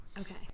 Okay